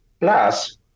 Plus